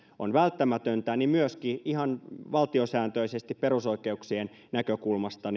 on välttämätöntä myöskin ihan valtiosääntöisesti perusoikeuksien näkökulmasta